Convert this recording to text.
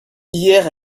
hier